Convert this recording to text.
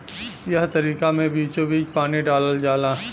एह तरीका मे बीचोबीच पानी डालल जाला